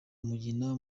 mugina